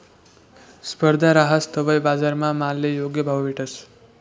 स्पर्धा रहास तवय बजारमा मालले योग्य भाव भेटस